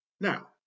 Now